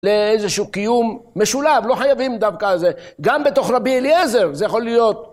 לאיזשהו קיום משולב, לא חייבים דווקא על זה. גם בתוך רבי אליעזר זה יכול להיות